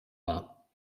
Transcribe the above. war